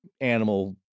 animal